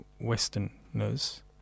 Westerners